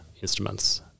instruments